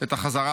את החזרה